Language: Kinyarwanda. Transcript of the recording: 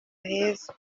heza